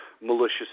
malicious